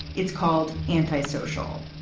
it's called anti-social.